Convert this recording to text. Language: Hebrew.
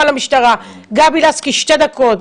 גבי לסקי שתי דקות,